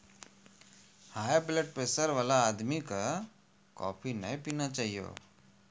high blood pressure वाला आदमी कॅ कॉफी नय पीना चाहियो